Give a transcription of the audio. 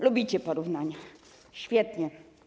Lubicie porównania, świetnie.